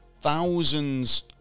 thousands